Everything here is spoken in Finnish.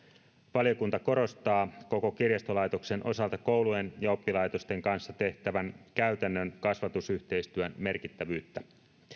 valiokunta korostaa koko kirjastolaitoksen osalta koulujen ja oppilaitosten kanssa tehtävän käytännön kasvatusyhteistyön merkittävyyttä